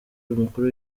umukuru